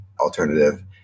alternative